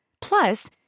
Plus